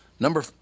Number